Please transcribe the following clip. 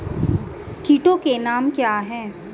कीटों के नाम क्या हैं?